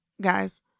Guys